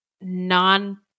non